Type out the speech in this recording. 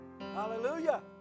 hallelujah